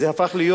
זה הפך להיות